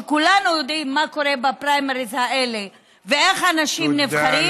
שכולנו יודעים מה קורה בפריימריז האלה ואיך אנשים נבחרים.